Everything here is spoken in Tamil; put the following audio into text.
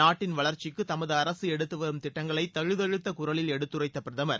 நாட்டின் வளர்ச்சிக்கு தமது அரசு எடுத்துவரும் திட்டங்களை தழுதழுத்த குரலில் எடுத்துரைத்த பிரதமர்